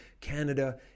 Canada